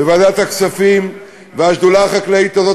בוועדת הכספים והשדולה החקלאית הזאת,